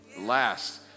Last